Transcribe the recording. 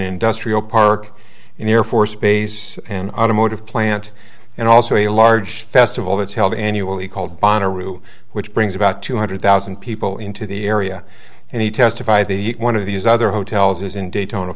industrial park an air force base an automotive plant and also a large festival that's held annually called bonna route which brings about two hundred thousand people into the area and he testified the one of these other hotels is in daytona